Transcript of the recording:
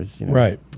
Right